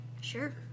Sure